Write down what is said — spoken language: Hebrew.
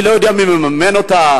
אני לא יודע מי מממן אותה.